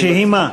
שהיא מה?